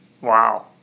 Wow